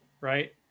right